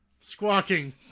Squawking